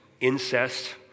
incest